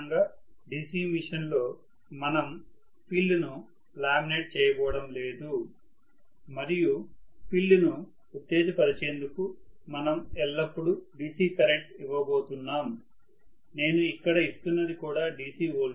విద్యార్థి 3304 ప్రొఫెసర్ సాధారణంగా DC మెషీన్లో మనం ఫీల్డ్ను లామినేట్ చేయబోవడం లేదు మరియు ఫీల్డ్ను ఉత్తేజపరిచేందుకు మనము ఎల్లప్పుడూ DC కరెంట్ ఇవ్వబోతున్నాం నేను ఇక్కడ ఇస్తున్నది కూడా DC వోల్టేజ్